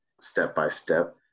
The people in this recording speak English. step-by-step